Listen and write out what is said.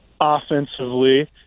offensively